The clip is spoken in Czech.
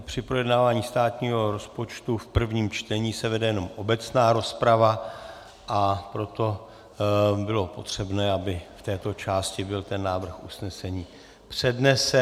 Při projednávání státního rozpočtu v prvním čtení se vede jenom obecná rozprava, a proto bylo potřebné, aby v této části byl ten návrh usnesení přednesen.